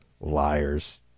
Liars